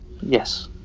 Yes